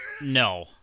No